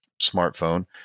smartphone